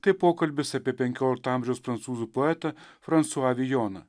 tai pokalbis apie penkiolikto amžiaus prancūzų poetą fransuą vijoną